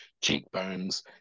cheekbones